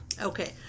Okay